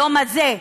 היום הזה,